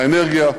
באנרגיה,